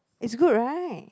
is good right